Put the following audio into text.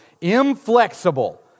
inflexible